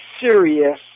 serious